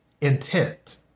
intent